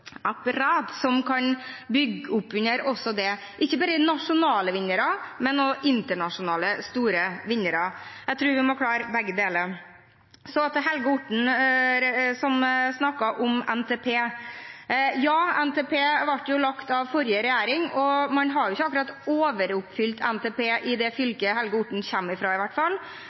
virkemiddelapparat, som kan bygge opp under også det – ikke bare nasjonale vinnere, men også internasjonale store vinnere. Jeg tror vi må klare begge deler. Til Helge Orten, som snakket om NTP: Ja, NTP ble laget av forrige regjering, men man har ikke akkurat overoppfylt NTP, i hvert fall ikke i det fylket Helge Orten